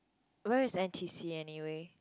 where is N_T_C anyway